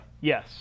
Yes